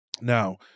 Now